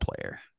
player